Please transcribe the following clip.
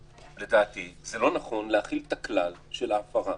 לדעתי, זה לא נכון להחיל את הכלל של ההפרה